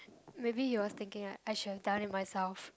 maybe he was thinking like I should have done it myself